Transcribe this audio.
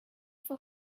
for